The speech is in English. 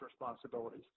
responsibilities